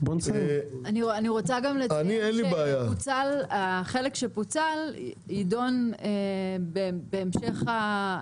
אני רוצה לציין שהחלק שפוצל יידון בהמשך הכנס.